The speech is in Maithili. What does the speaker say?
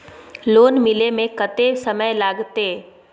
लोन मिले में कत्ते समय लागते?